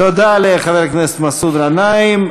תודה לחבר הכנסת מסעוד גנאים.